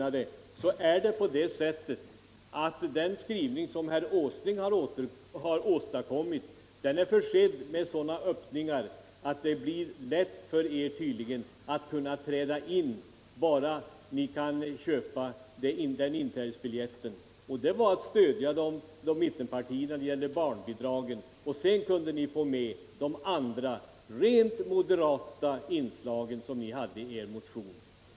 Jag sade då vidare att såvitt jag kunde finna var den skrivning som herr Åsling åstadkommit försedd med sådana öppningar att det tydligen blev lätt för er att kunna träda in, bara ni kunde köpa inträdesbiljetten, som bestod i att stödja mittenpartierna när det gällde barnbidragen. Sedan kunde ni få med de andra, rent moderata inslagen i er motion, misstänkte Jag.